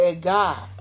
God